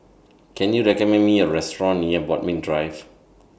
Can YOU recommend Me A Restaurant near Bodmin Drive